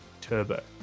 Turbo